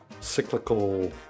cyclical